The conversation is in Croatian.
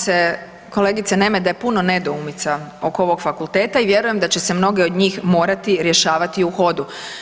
Slažem se kolegice Nemet, da je puno nedoumica oko ovog fakulteta i vjerujem da će se mnogi od njih morati rješavati u hodu.